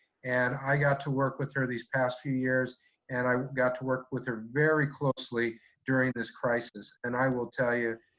and i got to work with her these past few years and i got to work with her very closely during this crisis. and i will tell you,